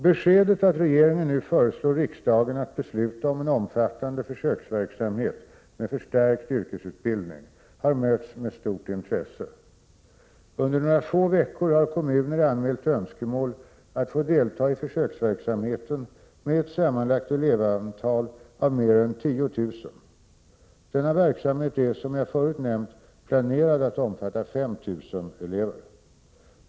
Beskedet att regeringen nu föreslår riksdagen att besluta om en omfattande försöksverksamhet med förstärkt yrkesutbildning har mötts med stort intresse. Under några få veckor har kommuner anmält önskemål att få delta i försöksverksamheten med ett sammanlagt elevantal av mer än 10 000. Denna verksamhet är som jag förut nämnt planerad att omfatta 5 000 elever.